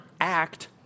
act